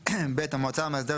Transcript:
שבעה ימים מיום פניית חברה מבצעת,